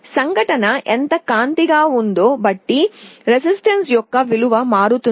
సంఘటన ఎంత కాంతిగా ఉందో బట్టి ప్రతిఘటన యొక్క విలువ మారుతుంది